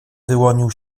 wyłonił